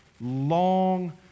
long